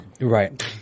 right